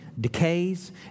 decays